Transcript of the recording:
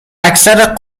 اکثر